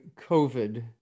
COVID